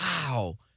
Wow